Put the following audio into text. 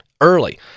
early